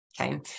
Okay